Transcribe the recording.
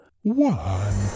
one